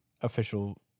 official